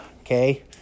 okay